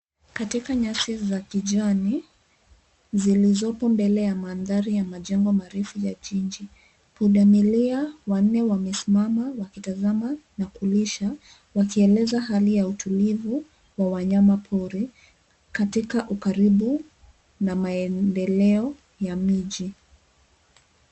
Katika nyasi za kijani zilizopo mbele ya mandhari ya majengo marefu ya jiji, pundamilia wanne wamesimama wakitazama na kulisha wakieleza hali ya utulivu ya wanyama pori katika ukaribu na maendeleo ya miji.